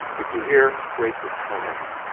if you hear racist comments,